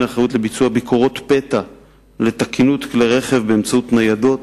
אחריות לביצוע ביקורות פתע לתקינות כלי רכב באמצעות ניידות